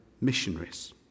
missionaries